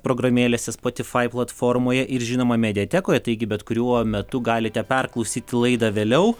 programėlėse spotify platformoje ir žinoma mediatekoje taigi bet kuriuo metu galite perklausyti laidą vėliau